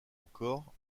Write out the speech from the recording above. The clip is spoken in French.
encore